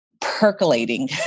percolating